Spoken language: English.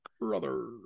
Brother